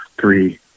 three